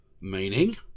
Meaning